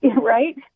Right